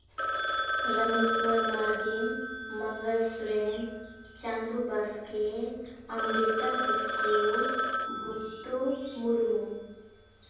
Rameswar Mardi Mangal Soren Chando Baske Amrita Kisku Bhuttu Murmu